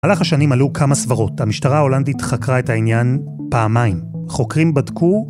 במ‫הלך השנים עלו כמה סברות, ‫המשטרה ההולנדית חקרה את העניין פעמיים. ‫חוקרים בדקו